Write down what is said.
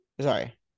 sorry